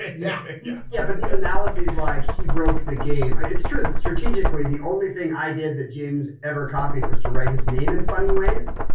yeah. yeah, yeah. but these analysis like he broke the game. it's true that strategically the only thing i did that james ever copied was to write his name in funny ways.